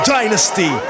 Dynasty